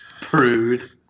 Prude